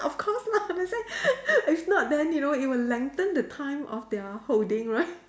of course lah that's why if not then you know it will lengthen the time of their holding right